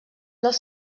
dels